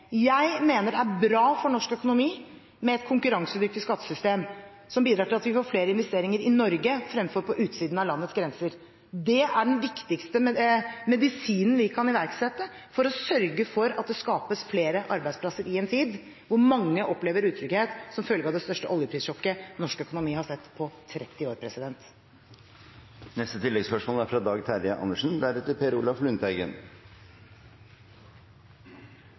Jeg mener det er bra for norsk økonomi med et konkurransedyktig skattesystem som bidrar til at vi får flere investeringer i Norge, fremfor på utsiden av landets grenser. Det er den viktigste medisinen vi kan iverksette for å sørge for at det skapes flere arbeidsplasser i en tid hvor mange opplever utrygghet som følge av det største oljeprissjokket norsk økonomi har sett på 30 år. Dag Terje Andersen – til oppfølgingsspørsmål. Det er